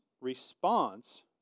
response